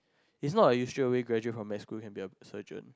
is not like you straightaway graduate from med school you can be a surgeon